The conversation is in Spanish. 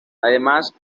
además